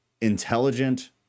intelligent